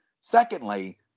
secondly